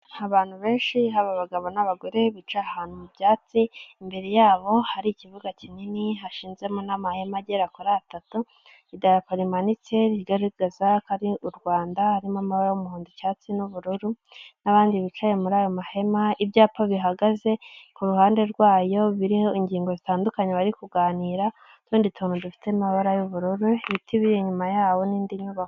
Abantu benshi, haba abagabo n'abagore bicaye ahantu mu byatsi, imbere yabo hari ikibuga kinini, hashinzemo n'amahema agera kuri atatu, idarapo rimanitse rigaragaza ko ari u Rwanda, harimo amabara y'umuhondo, icyatsi n'ubururu n'abandi bicaye muri ayo mahema, ibyapa bihagaze ku ruhande rwayo biriho ingingo zitandukanye bari kuganira n'utundi tuntu dufite amabara y'ubururu, ibiti biri inyuma yabo n'indi nyubako.